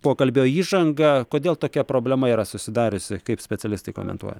pokalbio įžangą kodėl tokia problema yra susidariusi kaip specialistai komentuoja